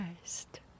best